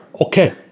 okay